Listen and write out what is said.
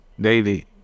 daily